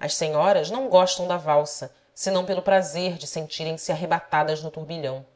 as senhoras não gostam da valsa senão pelo prazer de senti rem se arrebatadas no turbilhão